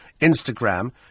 Instagram